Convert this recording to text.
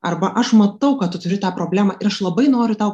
arba aš matau kad tu turi tą problemą ir aš labai noriu tau